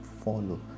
follow